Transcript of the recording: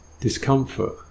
discomfort